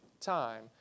time